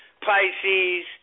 Pisces